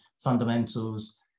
fundamentals